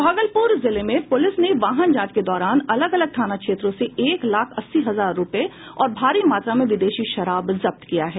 भागलपुर जिले में पुलिस ने वाहन जांच के दौरान अलग अलग थाना क्षेत्रों से एक लाख अस्सी हजार रुपये और भारी मात्रा में विदेशी शराब बरामद किया है